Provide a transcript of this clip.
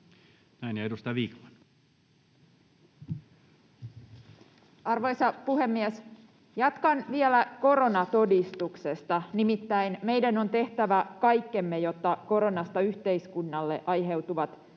Time: 17:00 Content: Arvoisa puhemies! Jatkan vielä koronatodistuksesta — nimittäin meidän on tehtävä kaikkemme, jotta koronasta yhteiskunnalle aiheutuvat